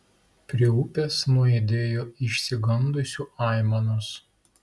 prie upės nuaidėjo išsigandusių aimanos